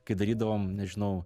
kai darydavom nežinau